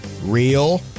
Real